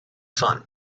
sun